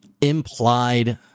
implied